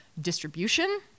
distribution